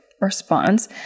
response